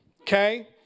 Okay